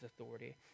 authority